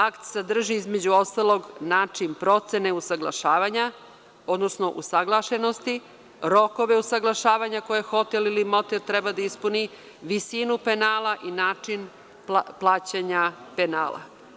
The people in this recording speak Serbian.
Akt sadrži, između ostalog, način procene usaglašavanja, odnosno usaglašenosti, rokove usaglašavanja koje hotel ili motel treba da ispuni, visinu penala i način plaćanja penala.